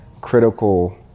critical